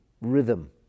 rhythm